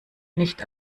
nicht